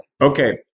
Okay